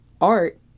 Art